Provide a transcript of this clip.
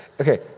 Okay